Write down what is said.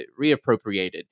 reappropriated